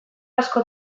asko